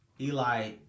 Eli